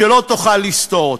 שלא תוכל לסתור.